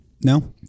No